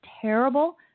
terrible